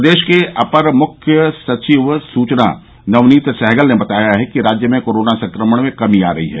प्रदेश के अपर मुख्य सचिव सूचना नवनीत सहगल ने बताया है कि राज्य में कोरोना संक्रमण में कमी आ रही है